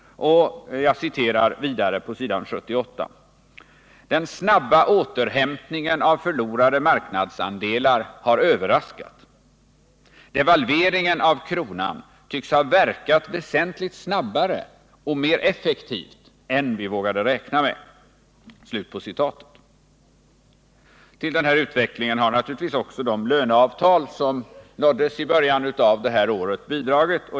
Jag citerar: ”-—-—- den snabba återhämtningen av förlorade marknadsandelar har överraskat. Deprecieringen av kronan tycks ha verkat väsentligt snabbare och mer effektivt än vi vågade räkna med.” Till denna utveckling har naturligtvis också de löneavtal som nåddes i början av året bidragit.